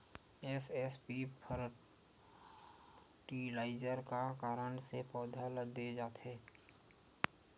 SSP fertilizer का कारण से पौधा ल दे जाथे?